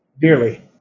dearly